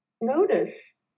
notice